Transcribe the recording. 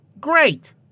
great